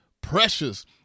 precious